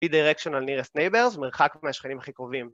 b-directional nearest neighbors, מרחק מהשכנים הכי קרובים